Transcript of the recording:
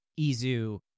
Izu